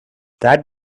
that